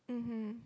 mmhmm